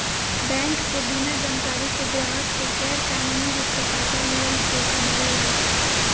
bank से बिना जानकारी के ग्राहक के गैर कानूनी रूप से पइसा लीहल धोखाधड़ी होला